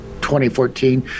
2014